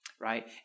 right